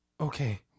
Okay